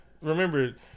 Remember